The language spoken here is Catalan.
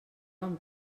amb